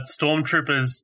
Stormtroopers